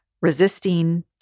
resisting